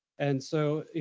and so,